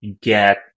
get